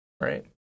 right